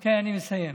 כן, אני מסיים.